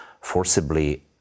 forcibly